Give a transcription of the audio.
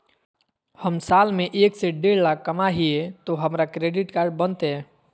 हम साल में एक से देढ लाख कमा हिये तो हमरा क्रेडिट कार्ड बनते?